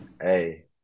Hey